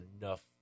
enough